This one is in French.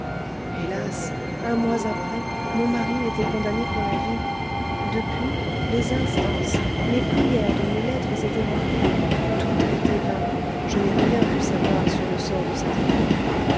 hélas un mois après mon mari était condamné pour la vie depuis les instances les prières dont mes lettres étaient remplies tout a été vain je n'ai rien pu savoir sur le sort de cet enfant